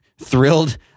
thrilled